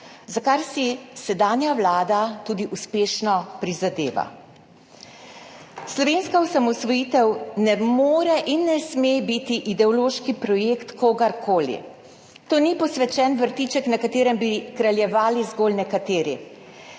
za kar si sedanja vlada tudi uspešno prizadeva. Slovenska osamosvojitev ne more in ne sme biti ideološki projekt kogarkoli. To ni posvečen vrtiček, na katerem bi kraljevali zgolj nekateri.